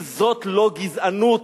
אם זאת לא גזענות,